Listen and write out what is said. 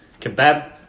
kebab